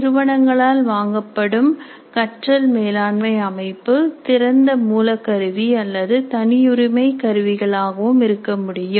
நிறுவனங்களால் வாங்கப்படும் கற்றல் மேலாண்மை அமைப்பு திறந்த மூல கருவி அல்லது தனியுரிமை கருவிகளாகவும் இருக்க முடியும்